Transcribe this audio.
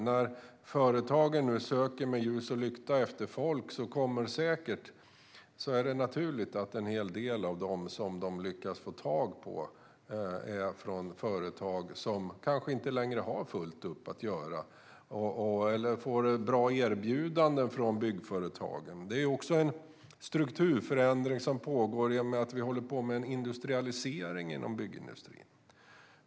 När företagen nu söker med ljus och lykta efter folk är det naturligt att en hel del av dem som de lyckas få tag på är från företag som kanske inte längre har fullt upp att göra och de kan få bra erbjudanden från byggföretagen. Det är också en strukturförändring som pågår i och med att det sker en industrialisering inom byggindustrin.